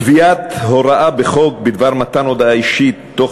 קביעת הוראה בחוק בדבר מתן הודעה אישית תוך